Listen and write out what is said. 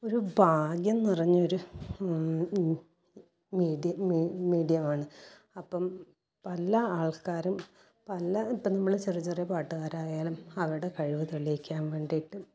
ഒരു ഭാഗ്യം നിറഞ്ഞ ഒരു മിഡി മീഡിയമാണ് അപ്പം പല ആൾക്കാരും പല ഇപ്പം നമ്മൾ ചെറിയ ചെറിയ പാട്ടുകാർ ആയാലും അവരുടെ കഴിവ് തെളിയിക്കാൻ വേണ്ടിട്ട്